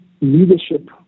leadership